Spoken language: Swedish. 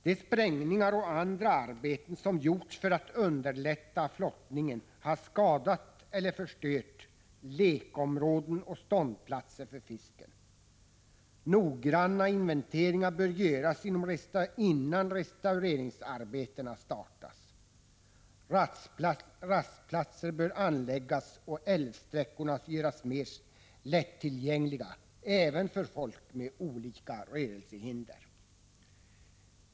De sprängningar och andra arbeten som har gjorts för att underlätta flottningen har skadat eller förstört lekområden och ståndplatser för fisken. Noggranna inventeringar bör göras innan restaureringsarbetena startas. Rastplatser bör anläggas och älvsträckorna göras mer lättillgängliga även för folk med olika rörelsehinder.